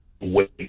wait